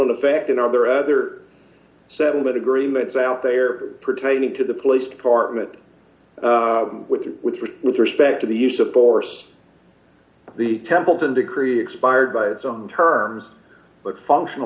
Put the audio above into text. in effect in other other settlement agreements out there pertaining to the police department with or without with respect to the use of force the templeton decree expired by its own terms but functional